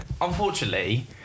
Unfortunately